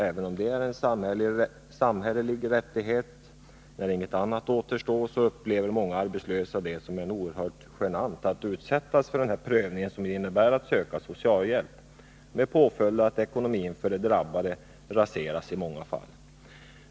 Även om det är en samhällelig rättighet, upplever många arbetslösa det som oerhört genant att utsättas för den prövning som det innebär att söka socialhjälp. Påföljden blir att de drabbades ekonomi i många fall raseras.